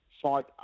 fight